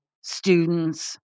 students